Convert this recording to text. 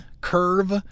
curve